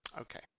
Okay